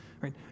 Right